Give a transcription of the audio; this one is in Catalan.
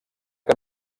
que